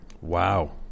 Wow